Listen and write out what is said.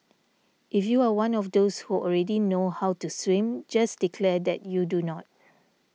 if you are one of those who already know how to swim just declare that you do not